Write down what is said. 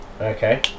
Okay